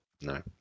no